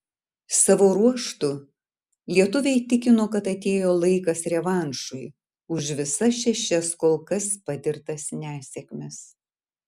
savo ruožtu lietuviai tikino kad atėjo laikas revanšui už visas šešias kol kas patirtas nesėkmes